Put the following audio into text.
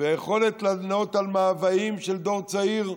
והיכולת לענות על מאוויים של דור צעיר,